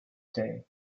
day